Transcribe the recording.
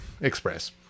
express